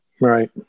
Right